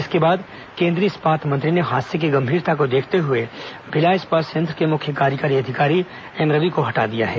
इसके बाद केंद्रीय इस्पात मंत्री ने हादसे की गंभीरता को देखते हुए भिलाई इस्पात संयंत्र के मुख्य कार्यकारी अधिकारी एम रवि को हटा दिया है